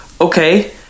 Okay